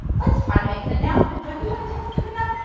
let's try to make an announcement. don't you have a test coming up?